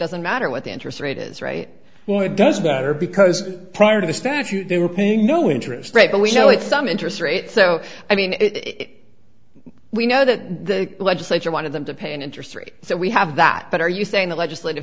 doesn't matter what the interest rate is right now it doesn't matter because prior to the statute they were paying no interest rate but we show it some interest rate so i mean it we know that the legislature wanted them to pay an interest rate so we have that but are you saying the legislative